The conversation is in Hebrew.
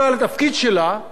תפקיד של חיזוק החברה.